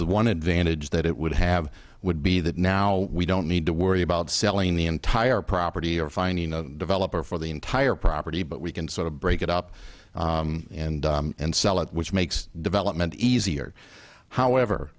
the one advantage that it would have would be that now we don't need to worry about selling the entire property or finding a developer for the entire property but we can sort of break it up and sell it which makes development easier however